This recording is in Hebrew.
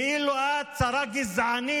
ואילו את שרה גזענית,